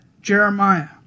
Jeremiah